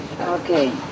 Okay